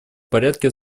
порядке